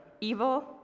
evil